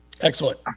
Excellent